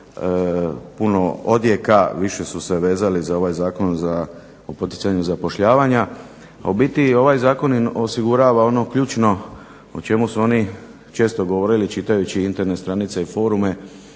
puno odjeka, više su se vezali za ovaj Zakon o poticanju zapošljavanja, a u biti ovaj zakon im osigurava ono ključno o čemu su oni često govorili čitajući Internet stranice i forume